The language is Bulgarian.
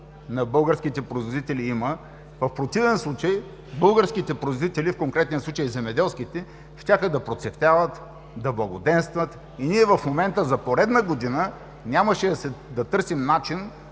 на българските производители! В противен случай българските производители, в конкретния случай земеделските – щяха да процъвтяват, да благоденстват и ние в момента нямаше за поредна година да търсим начин